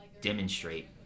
demonstrate